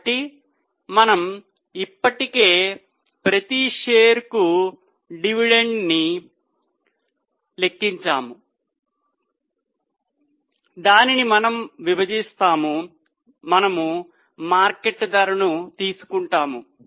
కాబట్టి మనము ఇప్పటికే ప్రతి షేరుకు డివిడెండ్ను లెక్కించాము దానిని మనము విభజిస్తాము మనము మార్కెట్ ధరను తీసుకుంటాము